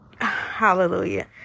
Hallelujah